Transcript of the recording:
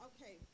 Okay